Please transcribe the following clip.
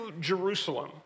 Jerusalem